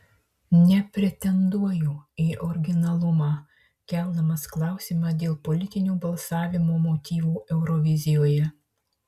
nepretenduoju į originalumą keldamas klausimą dėl politinių balsavimo motyvų eurovizijoje